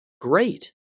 Great